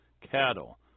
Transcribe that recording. cattle